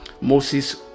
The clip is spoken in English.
Moses